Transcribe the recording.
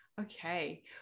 okay